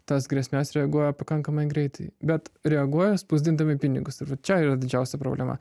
tas grėsmes reaguoja pakankamai greitai bet reaguoja spausdindami pinigus čia yra didžiausia problema